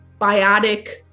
biotic